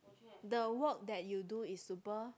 the work that you do is super